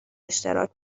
اشتراک